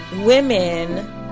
women